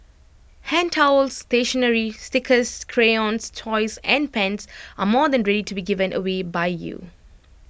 hand towels stationery stickers crayons toys and pens are more than ready to be given away by you